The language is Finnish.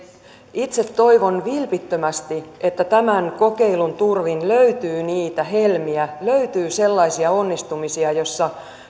itse toivon vilpittömästi että tämän kokeilun turvin löytyy niitä helmiä löytyy sellaisia onnistumisia joissa